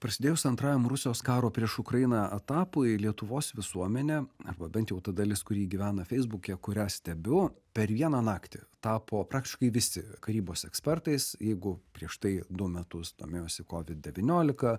prasidėjus antrajam rusijos karo prieš ukrainą etapui lietuvos visuomenę arba bent jau ta dalis kuri gyvena feisbuke kurią stebiu per vieną naktį tapo praktiškai visi karybos ekspertais jeigu prieš tai du metus domėjosi kovid devyniolika